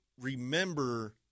remember